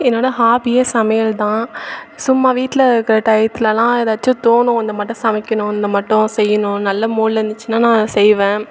என்னோடய ஹாபியே சமையல் தான் சும்மா வீட்டில இருக்கிற டையத்துலாம் ஏதாச்சு தோணும் இந்த மாட்டோம் சமைக்கணும் இந்த மாட்டோம் செய்யணும் நல்ல மூட்ல இருந்துச்சுன்னால் நான் செய்வேன்